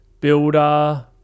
builder